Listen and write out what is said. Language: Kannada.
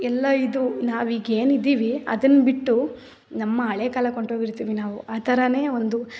ಎಲ್ಲ ಇದು ನಾವೀಗ ಏನು ಇದ್ದೀವಿ ಅದನ್ನು ಬಿಟ್ಟು ನಮ್ಮ ಹಳೇ ಕಾಲಕ್ಕೆ ಹೊಂಟೋಗಿರ್ತೀವಿ ನಾವು ಆ ಥರವೇ ಒಂದು